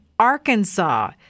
Arkansas